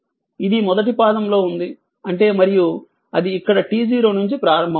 ఇది మొదటి పాదంలో ఉంది అంటే మరియు అది ఇక్కడ t0 నుంచి ప్రారంభమవుతుంది